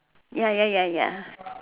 ya ya ya ya